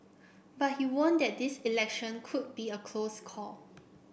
but he warned that this election could be a close call